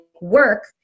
work